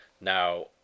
Now